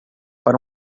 para